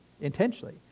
intentionally